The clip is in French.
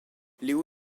léo